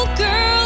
girl